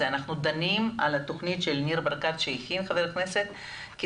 אנחנו דנים על התוכנית שהכין חבר הכנסת ניר ברקת